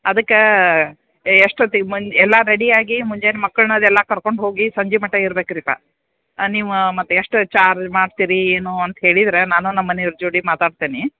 ಅದಕ್ಕೆ ಎಷ್ಟೊತ್ತಿಗೆ ಮನ್ ಎಲ್ಲ ರೆಡಿಯಾಗಿ ಮುಂಜಾನೆ ಮಕ್ಳನ್ನ ಅದೆಲ್ಲ ಕರ್ಕೊಂಡು ಹೋಗಿ ಸಂಜೆ ಮಟ ಇರ್ಬೇಕು ರೀ ಪಾ ನೀವು ಮತ್ತು ಎಷ್ಟು ಚಾರ್ಜ್ ಮಾಡ್ತೀರಿ ಏನು ಅಂತ ಹೇಳಿದ್ರೆ ನಾನು ನಮ್ಮ ಮನಿಯವ್ರ ಜೋಡಿ ಮಾತಾಡ್ತೇನಿ